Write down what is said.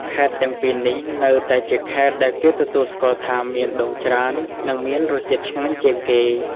ខេត្តទាំងពីរនេះ នៅតែជាខេត្តដែលគេទទួលស្គាល់ថាមានដូងច្រើន និងមានរសជាតិឆ្ងាញ់ជាងគេ។